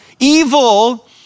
Evil